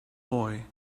boy